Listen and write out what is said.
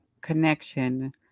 connection